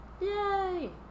yay